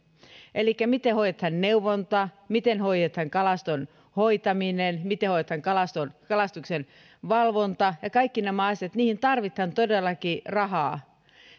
elikkä siihen miten hoidetaan neuvonta miten hoidetaan kalaston hoitaminen miten hoidetaan kalastuksen valvonta ja kaikki nämä asiat tarvitaan todellakin rahaa